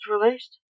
released